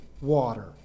water